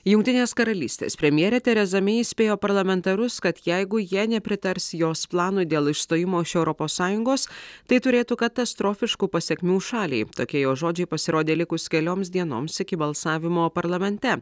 jungtinės karalystės premjerė tereza mei įspėjo parlamentarus kad jeigu jie nepritars jos planui dėl išstojimo iš europos sąjungos tai turėtų katastrofiškų pasekmių šaliai tokie jo žodžiai pasirodė likus kelioms dienoms iki balsavimo parlamente